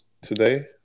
today